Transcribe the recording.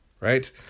Right